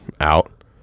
out